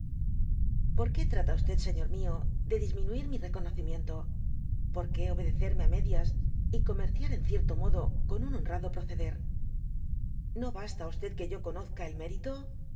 ob qtte trata señor mió de disminuir mi reconocimiento por obedecerme á medias y comerciar en cierto modo con un honrado proceder no basta que yo conozca el mérito